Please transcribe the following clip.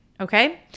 Okay